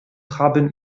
haben